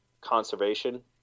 conservation